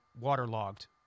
waterlogged